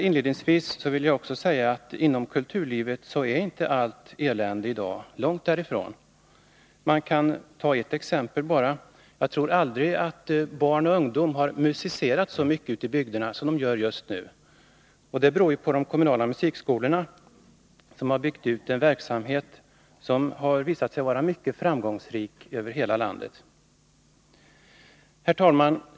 Inledningsvis vill jag också säga att allt inte är elände inom kulturlivet i dag — långt därifrån. Som ett exempel kan nämnas att barn och ungdom förmodligen aldrig har musicerat så mycket som de gör just nu. Det beror naturligtvis på de kommunala musikskolorna, som har byggt upp en verksamhet över hela landet som visar sig vara mycket framgångsrik. Herr talman!